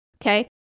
okay